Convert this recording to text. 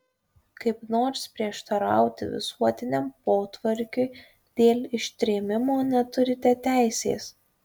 kaip nors prieštarauti visuotiniam potvarkiui dėl ištrėmimo neturite teisės